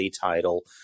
title